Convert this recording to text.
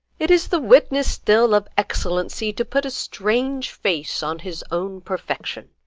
it is the witness still of excellency, to put a strange face on his own perfection.